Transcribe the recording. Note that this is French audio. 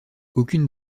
aucune